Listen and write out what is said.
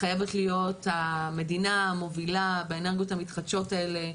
חייבת להיות המדינה המובילה באנרגיות המתחדשות האלה,